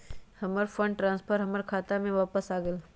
हमर fund transfer हमर खाता में वापस आ गेल